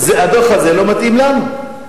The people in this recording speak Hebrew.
הדוח הזה לא מתאים לנו.